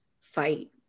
fight